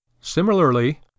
Similarly